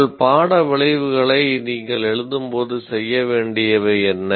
உங்கள் பாட விளைவுகளை நீங்கள் எழுதும்போது செய்ய வேண்டியவை என்ன